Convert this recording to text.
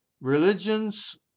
Religions